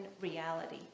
reality